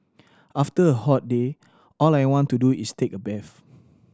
after a hot day all I want to do is take a bath